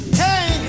hey